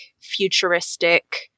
futuristic